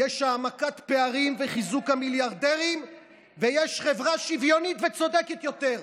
יש העמקת פערים וחיזוק המיליארדרים ויש חברה שוויונית וצודקת יותר.